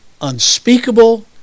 unspeakable